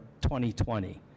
2020